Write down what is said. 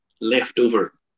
leftover